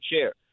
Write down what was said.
chair